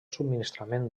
subministrament